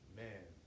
man